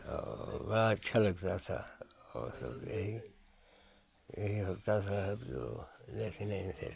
और बड़ा अच्छा लगता था और हम भी यही होता था जो देखने पे